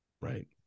Right